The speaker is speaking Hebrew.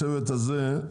הצוות הזה,